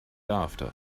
after